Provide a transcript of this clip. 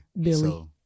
Billy